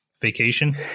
Vacation